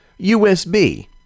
USB